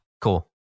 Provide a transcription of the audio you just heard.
cool